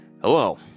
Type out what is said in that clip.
Hello